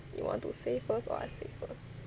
you want to say first or I say first